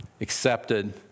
accepted